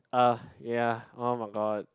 ugh ya [oh]-my-god